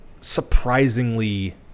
surprisingly